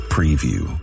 Preview